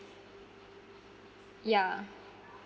yeah